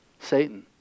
Satan